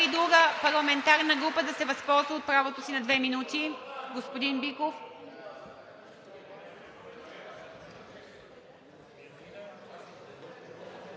ли друга парламентарна група да се възползва от правото си на две минути? Господин Биков.